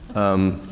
um,